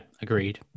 agreed